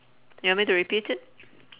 you want me to repeat it